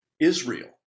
Israel